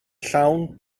llawn